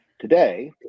Today